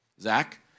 Zach